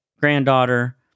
granddaughter